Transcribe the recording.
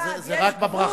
"ה' עוז" זה רק בברכה?